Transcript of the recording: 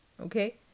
okay